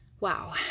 Wow